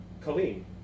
Colleen